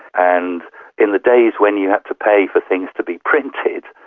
and in the days when you had to pay for things to be printed,